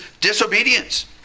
disobedience